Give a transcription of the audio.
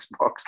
Xbox